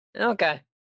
okay